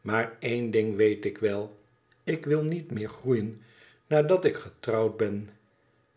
maar één ding weet ik wel ik wil niet meer groeien nadat ik getrouwd ben